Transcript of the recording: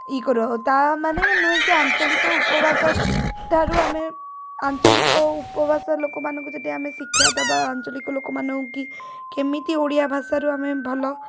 ୟେ କର ତା' ମାନେ ନୁହେଁ କି ଆଞ୍ଚଳିକ ଉପଭାଷା ଠାରୁ ଆମେ ଆଞ୍ଚଳିକ ଉପଭାଷା ଲୋକମାନଙ୍କୁ ଯଦି ଆମେ ଶିକ୍ଷା ଦେବା ଆଞ୍ଚଳିକ ଲୋକମାନଙ୍କୁ କି କେମିତି ଓଡ଼ିଆ ଭାଷାରୁ ଆମେ ଭଲ